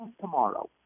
tomorrow